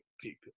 people